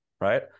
right